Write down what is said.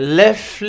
left